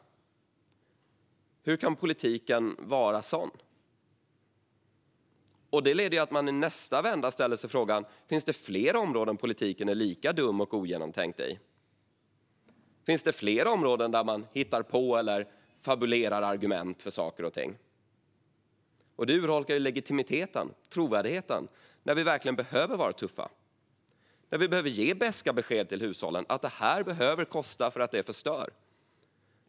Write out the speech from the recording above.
Hur kan politiken vara sådan? Detta leder till att man i nästa vända frågar sig om det finns fler områden där politiken är lika dum och ogenomtänkt. Finns det fler områden där man hittar på eller fabulerar om argument för saker och ting? Detta urholkar legitimiteten och trovärdigheten då vi verkligen behöver vara tuffa och ge beska besked till hushållen om att något behöver kosta för att det förstör.